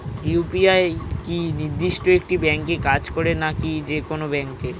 UPI কি নির্দিষ্ট একটি ব্যাংকে কাজ করে নাকি যে কোনো ব্যাংকে?